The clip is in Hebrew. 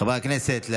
חברי הכנסת,